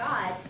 God